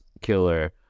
killer